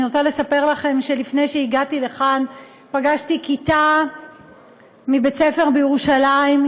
אני רוצה לספר לכם שלפני שהגעתי לכאן פגשתי כיתה מבית-ספר מירושלים,